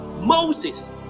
Moses